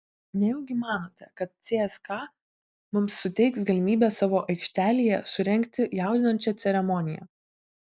nejaugi manote kad cska mums suteiks galimybę savo aikštelėje surengti jaudinančią ceremoniją